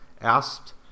asked